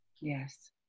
Yes